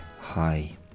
hi